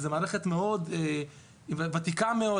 זו מערכת ותיקה מאוד,